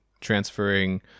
transferring